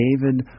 David